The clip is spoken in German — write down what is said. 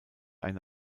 eine